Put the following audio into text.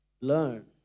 learn